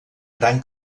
gran